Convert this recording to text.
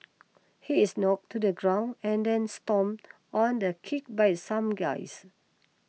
he is knocked to the ground and then stomped on and kicked by some guys